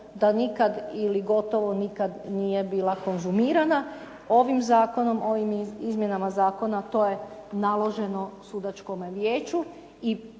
da nikad ili gotovo nikad nije bila konzumirana. Ovim zakonom, ovim izmjenama zakona to je naloženo sudačkom vijeću.